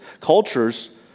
cultures